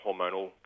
hormonal